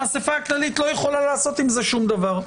האסיפה הכללית לא יכולה לעשות עם זה שום דבר.